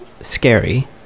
scary